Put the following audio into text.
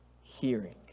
hearing